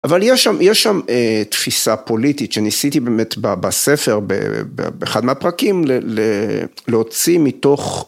אבל יש שם תפיסה פוליטית שניסיתי באמת בספר באחד מהפרקים להוציא מתוך